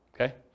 okay